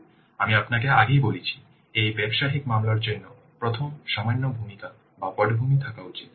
সুতরাং আমি আপনাকে আগেই বলেছি এই ব্যবসায়িক মামলার জন্য প্রথম সামান্য ভূমিকা বা পটভূমি থাকা উচিত